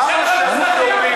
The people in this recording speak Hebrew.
למה שירות לאומי לא?